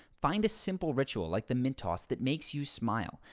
find a simple ritual like the mint toss that makes you smile.